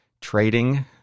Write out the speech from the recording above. trading